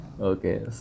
Okay